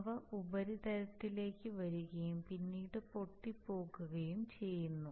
അവ ഉപരിതലത്തിലേക്ക് വരികയും പിന്നീട് പൊട്ടി പോകുകയും ചെയ്യുന്നു